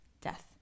death